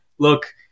look